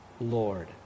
Lord